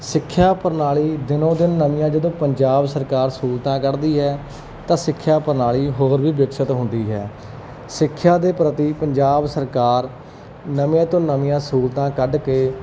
ਸਿੱਖਿਆ ਪ੍ਰਣਾਲੀ ਦਿਨੋਂ ਦਿਨ ਨਵੀਆਂ ਜਦੋਂ ਪੰਜਾਬ ਸਰਕਾਰ ਸਹੂਲਤਾਂ ਕੱਢਦੀ ਹੈ ਤਾਂ ਸਿੱਖਿਆ ਪ੍ਰਣਾਲੀ ਹੋਰ ਵੀ ਵਿਕਸਿਤ ਹੁੰਦੀ ਹੈ ਸਿੱਖਿਆ ਦੇ ਪ੍ਰਤੀ ਪੰਜਾਬ ਸਰਕਾਰ ਨਵੀਆਂ ਤੋਂ ਨਵੀਆਂ ਸਹੂਲਤਾਂ ਕੱਢ ਕੇ